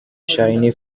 shiny